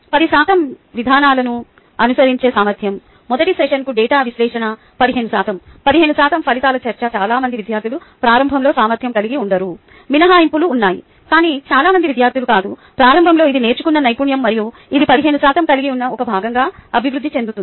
10 శాతం విధానాలను అనుసరించే సామర్థ్యం మొదటి సెషన్కు డేటా విశ్లేషణ 15 శాతం 15 శాతం ఫలితాల చర్చ చాలా మంది విద్యార్థులు ప్రారంభంలో సామర్థ్యం కలిగి ఉండరు మినహాయింపులు ఉన్నాయి కాని చాలా మంది విద్యార్థులు కాదు ప్రారంభంలో ఇది నేర్చుకున్న నైపుణ్యం మరియు ఇది 15 శాతం కలిగి ఉన్న ఒక భాగంగా అభివృద్ధి చెందుతుంది